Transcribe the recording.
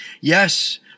Yes